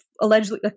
allegedly